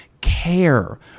care